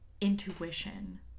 intuition